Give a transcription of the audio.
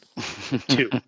two